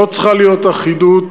לא צריכה להיות אחידות,